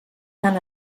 tant